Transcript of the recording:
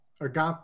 Agape